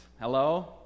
Hello